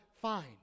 fine